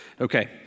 Okay